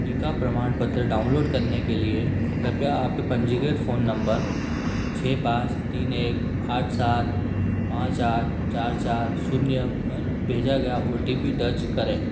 टीका प्रमाणपत्र डाउनलोड करने के लिए कृपया आपके पंजीकृत फ़ोन नम्बर छः पाँच तीन एक आठ सात पाँच आठ चार चार जीरो पर भेजा गया ओ टी पी दर्ज करें